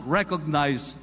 recognize